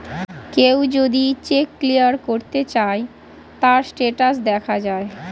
কেউ যদি check clear করতে চায়, তার স্টেটাস দেখা যায়